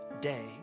day